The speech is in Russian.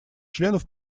членов